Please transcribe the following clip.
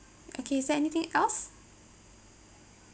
okay is there anything else